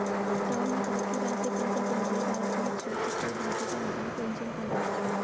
राहुल ने कहा कि राष्ट्रीय पेंशन प्रणाली भारत में एक स्वैच्छिक परिभाषित अंशदान पेंशन प्रणाली है